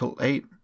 eight